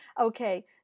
okay